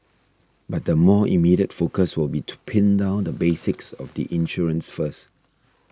but the more immediate focus will be to pin down the basics of the insurance first